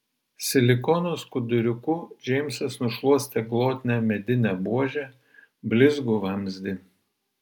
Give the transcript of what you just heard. silikono skuduriuku džeimsas nušluostė glotnią medinę buožę blizgų vamzdį